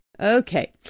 okay